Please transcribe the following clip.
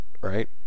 Right